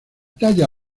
talla